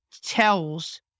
tells